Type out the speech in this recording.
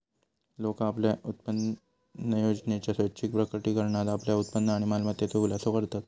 लोका आपल्या उत्पन्नयोजनेच्या स्वैच्छिक प्रकटीकरणात आपल्या उत्पन्न आणि मालमत्तेचो खुलासो करतत